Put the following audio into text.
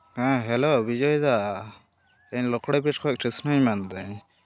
ᱦᱮᱸ ᱦᱮᱞᱳ ᱵᱤᱡᱚᱭ ᱫᱟ ᱤᱧ ᱞᱚᱠᱲᱮ ᱯᱩᱨ ᱠᱷᱚᱱ ᱠᱨᱤᱥᱱᱚᱧ ᱢᱮᱱᱫᱟ